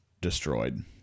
destroyed